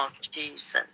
Jesus